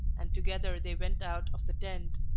and together they went out of the tent.